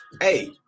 hey